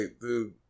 dude